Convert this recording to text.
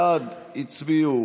בעד הצביעו